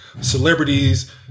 celebrities